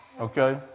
Okay